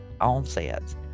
onsets